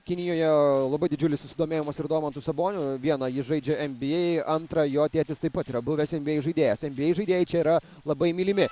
kinijoje labai didžiulis susidomėjimas ir domantu saboniu viena jis žaidžia nba antra jo tėtis taip pat yra buvęs nba žaidėjas nba žaidėjai čia yra labai mylimi